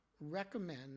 recommend